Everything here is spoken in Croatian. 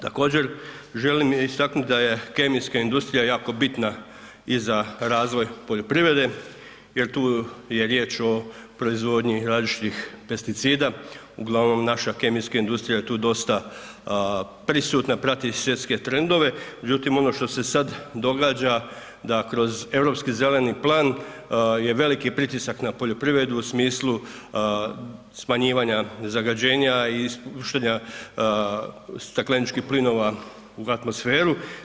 Također, želim istaknuti da je kemijska industrija jako bitna i za razvoj poljoprivrede jer tu je riječ o proizvodnji različitih pesticida, uglavnom naša kemijska industrija je tu dosta prisutna, prati svjetske trendove, međutim, ono što se sad događa da kroz Europski zeleni plan je veliki pritisak na poljoprivredu u smislu smanjivanja zagađenja i ispuštanja stakleničkih plinova u atmosferu.